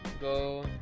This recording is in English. Go